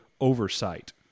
oversight